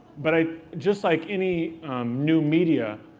but ah just like any new media,